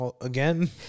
again